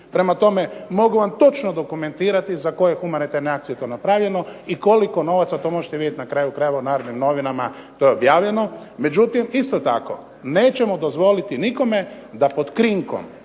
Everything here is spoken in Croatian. Prema tome, mogu vam točno dokumentirati za koje humanitarne akcije je to napravljeno i koliko novaca. To možete vidjet na kraju krajeva u "Narodnim novinama", to je objavljeno. Međutim isto tako, nećemo dozvoliti nikome da pod krinkom